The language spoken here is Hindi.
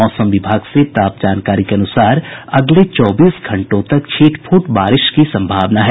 मौसम विभाग से प्राप्त जानकारी के अनुसार अगले चौबीस घंटों तक छिटपुट बारिश की सम्भावना है